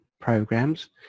programs